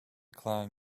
clan